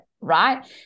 right